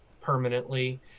permanently